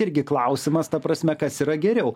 irgi klausimas ta prasme kas yra geriau